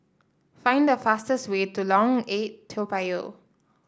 find the fastest way to Lorong Eight Toa Payoh